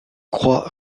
croix